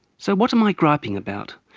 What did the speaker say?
so what am i griping about?